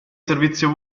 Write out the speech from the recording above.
servizio